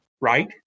right